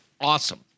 awesome